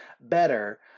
better